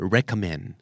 Recommend